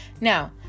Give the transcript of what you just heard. Now